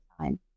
time